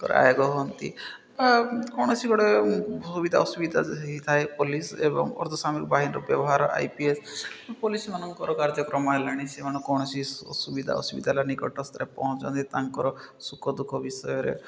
ହୁଅନ୍ତି ତ କୌଣସି ଗୋଟେ ସୁବିଧା ଅସୁବିଧା ହୋଇଥାଏ ପୋଲିସ୍ ଏବଂ ଅର୍ଥସାମରିକ ବାହିର ବ୍ୟବହାର ଆଇ ପି ଏସ୍ ପୋଲିସ୍ମାନଙ୍କର କାର୍ଯ୍ୟକ୍ରମ ହେଲାଣି ସେମାନେ କୌଣସି ସୁବିଧା ଅସୁବିଧା ହେଲା ନିକଟସ୍ତରେ ପହଞ୍ଚନ୍ତି ତାଙ୍କର ସୁଖ ଦୁଃଖ ବିଷୟରେ